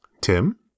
tim